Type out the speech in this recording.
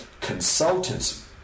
consultants